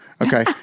okay